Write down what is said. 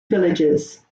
villages